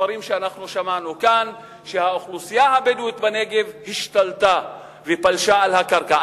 ודברים שאנחנו שמענו כאן שהאוכלוסייה הבדואית בנגב השתלטה ופלשה לקרקע.